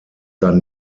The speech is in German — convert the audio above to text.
dann